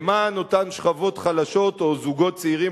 למען אותן שכבות חלשות או זוגות צעירים